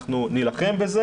אנחנו נילחם בזה